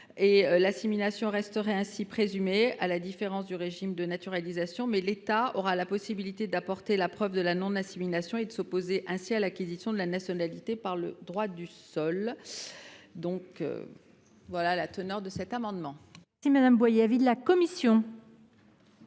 L’assimilation resterait ainsi présumée, à la différence du régime de la naturalisation, mais l’État aurait la possibilité d’apporter la preuve de la non assimilation et de s’opposer à l’acquisition de la nationalité par le droit du sol. Quel est l’avis de la commission